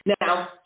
Now